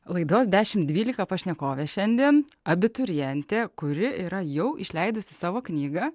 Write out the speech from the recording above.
laidos dešimt dvylika pašnekovė šiandien abiturientė kuri yra jau išleidusi savo knygą